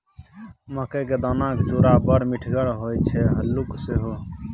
मकई क दानाक चूड़ा बड़ मिठगर होए छै हल्लुक सेहो